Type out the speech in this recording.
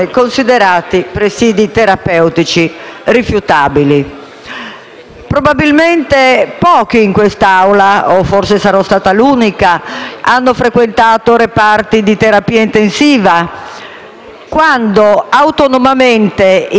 Probabilmente pochi in quest'Aula - o forse sarò stata l'unica - hanno frequentato reparti di terapia intensiva quando autonomamente, in base alla situazione clinica della persona,